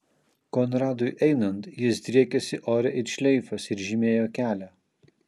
konradui einant jis driekėsi ore it šleifas ir žymėjo kelią